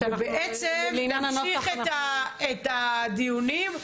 אנחנו נמשיך את הדיונים.